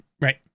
right